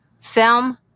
film